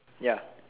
ya